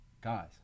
guys